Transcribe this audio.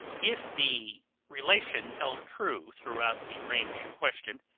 if the relation held true throughout the range in question,